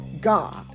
God